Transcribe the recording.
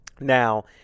Now